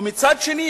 ומצד שני,